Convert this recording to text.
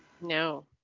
No